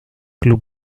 club